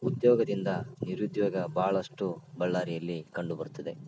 ಉದ್ಯೋಗದಿಂದ ನಿರುದ್ಯೋಗ ಭಾಳಷ್ಟು ಬಳ್ಳಾರಿಯಲ್ಲಿ ಕಂಡುಬರ್ತದೆ